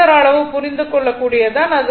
phasor அளவு புரிந்துகொள்ளக்கூடிய தான்